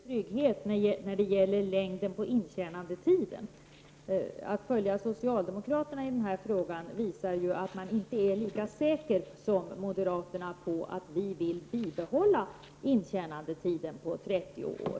Fru talman! Att följa moderaterna i stället för socialdemokraterna vore bättre av det enkla skälet att det skulle ge en större trygghet när det gäller längden på intjänandetiden. Att följa socialdemokraterna i denna fråga visar att man inte är lika säker som moderaterna på att man vill bibehålla intjänandetiden på 30 år.